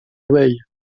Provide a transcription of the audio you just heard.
rueil